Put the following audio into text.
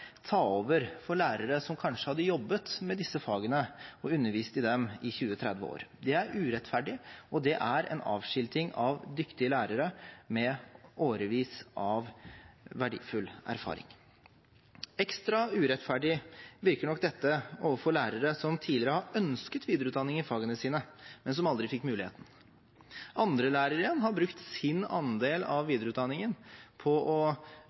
ta over for lærere som kanskje hadde jobbet med disse fagene og undervist i dem i 20–30 år. Det er urettferdig, og det er en avskilting av dyktige lærere med årevis av verdifull erfaring. Ekstra urettferdig virker nok dette overfor lærere som tidligere har ønsket videreutdanning i fagene sine, men som aldri fikk muligheten. Andre lærere igjen har brukt sin andel av videreutdanningen på å